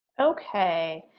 okay.